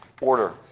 order